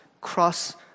cross